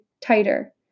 tighter